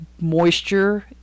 moisture